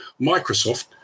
Microsoft